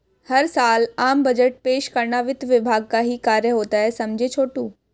हर साल आम बजट पेश करना वित्त विभाग का ही कार्य होता है समझे छोटू